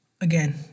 again